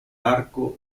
arco